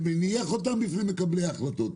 שמניח אותם בפני מקבלי ההחלטות.